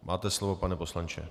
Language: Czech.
Máte slovo, pane poslanče.